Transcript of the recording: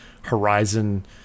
Horizon